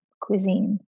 cuisine